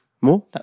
More